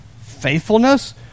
faithfulness